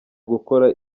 gukora